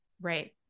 Right